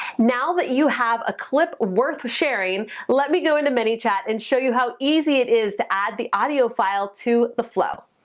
now that you have a clip worth sharing, let me go into manychat and show you how easy it is to add the audio file to the flow.